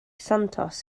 santos